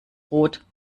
rot